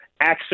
access